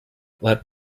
let